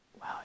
wow